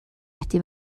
wedi